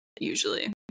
usually